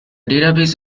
database